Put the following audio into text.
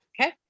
Okay